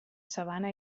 sabana